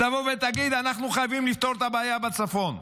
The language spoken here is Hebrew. תבוא ותגיד: אנחנו חייבים לפתור את הבעיה בצפון.